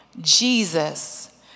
Jesus